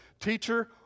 Teacher